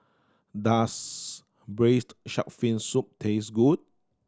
does Braised Shark Fin Soup taste good